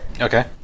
Okay